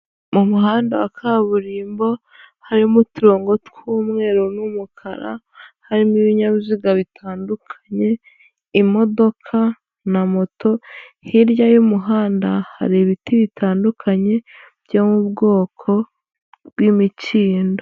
Mu muhanda wa kaburimbo harimo uturongo tw'umweru n'umukara, harimo ibinyabiziga bitandukanye, imodoka na moto, hirya y'umuhanda hari ibiti bitandukanye, byo mu bwoko bw'imikindo.